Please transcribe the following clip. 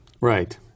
Right